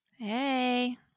Hey